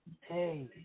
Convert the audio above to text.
Hey